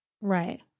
Right